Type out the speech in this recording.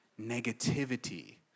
negativity